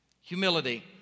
Humility